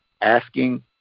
asking